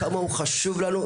כמה הוא חשוב לנו,